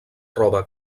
roba